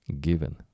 given